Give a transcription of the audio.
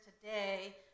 today